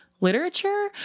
literature